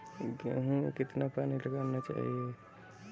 गेहूँ में कितना पानी लगाना चाहिए?